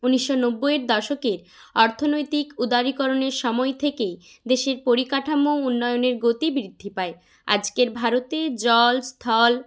উনিশশো নব্বইয়ের দশকের অর্থনৈতিক উদারীকরণের সময় থেকেই দেশের পরিকাঠামো উন্নয়নের গতি বৃদ্ধি পায় আজকের ভারতে জল স্থল